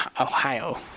Ohio